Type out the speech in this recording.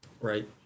Right